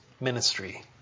ministry